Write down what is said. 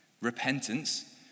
Repentance